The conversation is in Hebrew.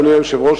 אדוני היושב-ראש,